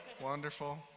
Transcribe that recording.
Wonderful